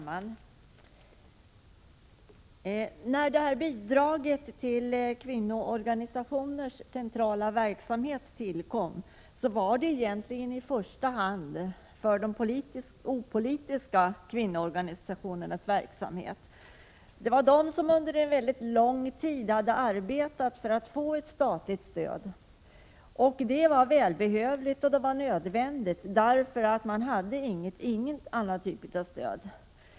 Herr talman! När bidraget till kvinnoorganisationernas centrala verksamhet tillkom, var det egentligen i första hand avsett för de opolitiska kvinnoorganisationernas verksamhet. Det var de som under en mycket lång tid hade arbetat för att få ett statligt stöd, och det var välbehövligt och nödvändigt, därför att de inte hade någon annan typ av stöd.